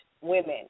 women